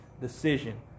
decision